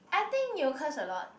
I think you curse a lot